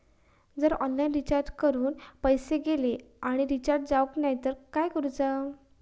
जर online recharge करून पैसे गेले आणि रिचार्ज जावक नाय तर काय करूचा?